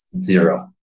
zero